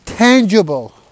Tangible